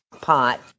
pot